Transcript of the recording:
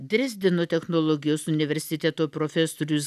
drezdeno technologijos universiteto profesorius